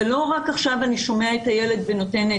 זה לא רק עכשיו אני שומעת את הילד ונותנת